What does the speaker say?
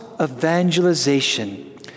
evangelization